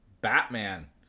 batman